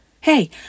Hey